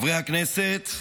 חברי הכנסת,